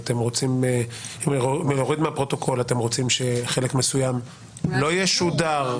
אתם רוצים שחלק מסוים לא ישודר,